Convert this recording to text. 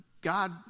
God